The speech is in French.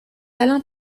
alain